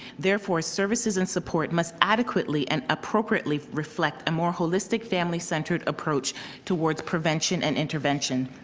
therefore, services and support must adequately and appropriately reflect a more holistic family centered approach towards prevention and intervention.